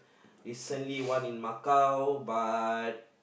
recently one in Macau but